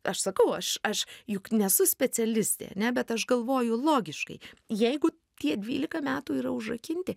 aš sakau aš aš juk nesu specialistėane bet aš galvoju logiškai jeigu tie dvylika metų yra užrakinti